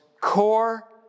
core